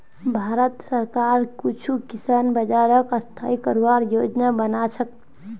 भारत सरकार कुछू किसान बाज़ारक स्थाई करवार योजना बना छेक